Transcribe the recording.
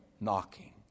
knocking